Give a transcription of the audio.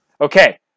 Okay